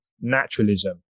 naturalism